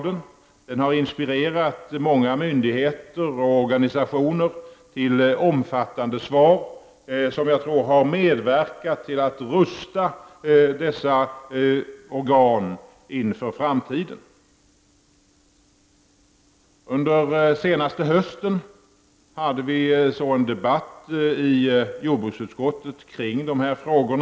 Den har inspirerat många myndigheter och organisationer till omfattande svar som har medverkat till att rusta dessa organ inför framtiden. Under förra hösten hade vi en debatt i jordbruksutskottet kring dessa frågor.